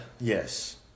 Yes